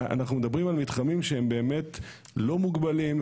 אנחנו מדברים על מתחמים שהם באמת לא מוגבלים,